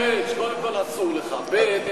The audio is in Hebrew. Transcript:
חבר הכנסת פריג',